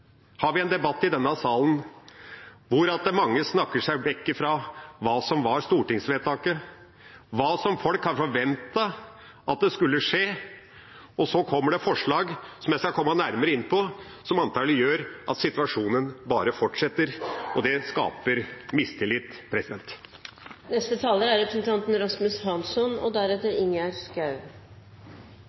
hva folk har forventet skulle skje. Og så kommer det forslag, som jeg skal komme nærmere inn på, som antakelig gjør at situasjonen bare fortsetter, og det skaper mistillit. Flere representanter har etterlyst en ulvepolitikk som gir legitimitet og